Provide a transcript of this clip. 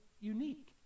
unique